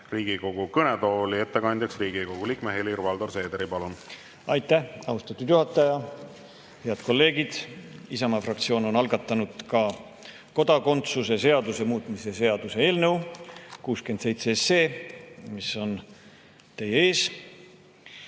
Riigikogu kõnetooli ettekandjaks Riigikogu liikme Helir-Valdor Seederi. Palun! Aitäh, austatud juhataja! Head kolleegid! Isamaa fraktsioon on algatanud ka kodakondsuse seaduse muutmise seaduse eelnõu 67, mis on teie ees.